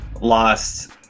lost